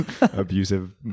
abusive